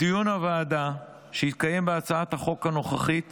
בדיון הוועדה שהתקיים בהצעת החוק הנוכחית